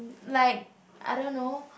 like I don't know